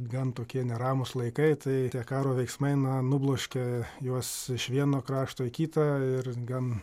gan tokie neramūs laikai tai tie karo veiksmai na nubloškė juos iš vieno krašto į kitą ir gan